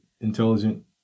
intelligent